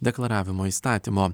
deklaravimo įstatymo